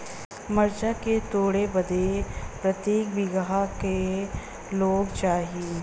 मरचा के तोड़ बदे प्रत्येक बिगहा क लोग चाहिए?